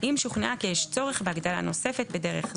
אם שוכנה כי יש צורך בהגדלה נוספת בדרך זו,